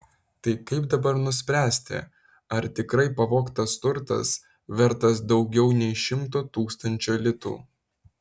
tai kaip dabar nuspręsti ar tikrai pavogtas turtas vertas daugiau nei šimto tūkstančių litų